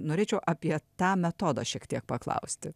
norėčiau apie tą metodą šiek tiek paklausti